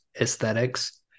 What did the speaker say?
aesthetics